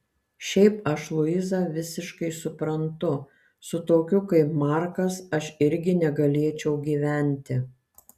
šiaip aš luizą visiškai suprantu su tokiu kaip markas aš irgi negalėčiau gyventi